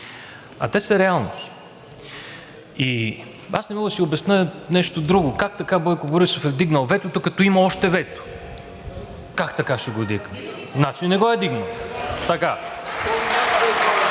а те са реалност. Аз не мога да си обясня нещо друго – как така Бойко Борисов е вдигнал ветото, като още има вето?! Как така ще го е вдигнал, значи не го е вдигнал?!